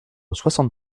soixante